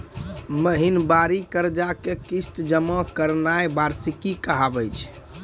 महिनबारी कर्जा के किस्त जमा करनाय वार्षिकी कहाबै छै